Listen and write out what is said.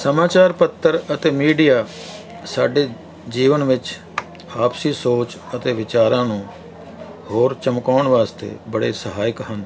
ਸਮਾਚਾਰ ਪੱਤਰ ਅਤੇ ਮੀਡੀਆ ਸਾਡੇ ਜੀਵਨ ਵਿੱਚ ਆਪਸੀ ਸੋਚ ਅਤੇ ਵਿਚਾਰਾਂ ਨੂੰ ਹੋਰ ਚਮਕਾਉਣ ਵਾਸਤੇ ਬੜੇ ਸਹਾਇਕ ਹਨ